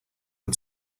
add